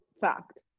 fact